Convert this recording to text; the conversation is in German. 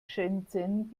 shenzhen